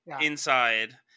inside